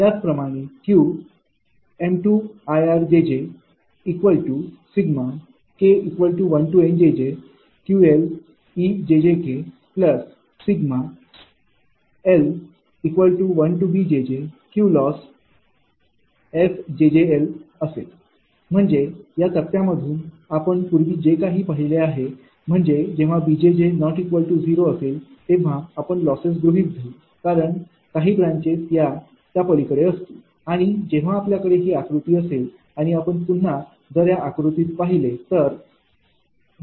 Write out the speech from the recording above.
त्याचप्रमाणे Qm2 IR ∑Nk1 QL𝑒jjk ∑Bl1 QLOSSfjjl असेल म्हणजे या तक्त्यामधून आपण पूर्वी जे काही पाहिले आहे म्हणजे जेव्हा B𝑗𝑗 ≠ 0 असेल तेव्हा आपण लॉसेस गृहीत धरू कारण काही ब्रांचेस या त्या पलीकडे असतील आणि जेव्हा आपल्याकडे ही आकृती असेल आणि आपण पुन्हा जर या आकृतीत पाहिले तर